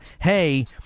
hey